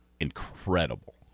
incredible